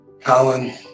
Colin